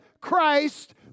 Christ